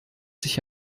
sich